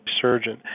surgeon